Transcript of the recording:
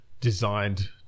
designed